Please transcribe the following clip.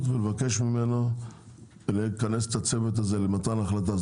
ולבקש ממנו לכנס את הצוות הזה למתן החלטה.